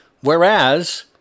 Whereas